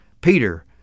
Peter